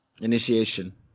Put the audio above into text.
initiation